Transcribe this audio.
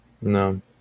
no